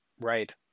Right